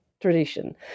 tradition